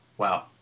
Wow